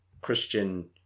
Christian